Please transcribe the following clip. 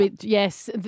Yes